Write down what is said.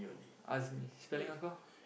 Azmi spelling uncle